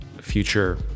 future